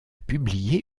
publié